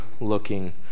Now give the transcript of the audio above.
looking